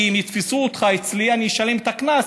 כי אם יתפסו אותך אצלי אני אשלם את הקנס,